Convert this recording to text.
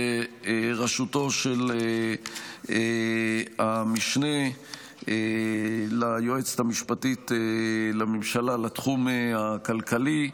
בראשותו של המשנה ליועצת המשפטית לממשלה לתחום הכלכלי.